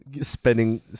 spending